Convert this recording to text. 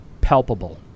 palpable